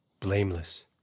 blameless